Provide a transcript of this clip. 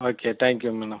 okay thank you madam